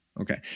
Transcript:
Okay